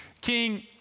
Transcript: King